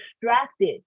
distracted